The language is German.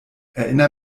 erinner